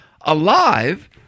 alive